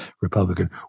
Republican